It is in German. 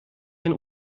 ein